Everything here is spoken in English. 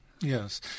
Yes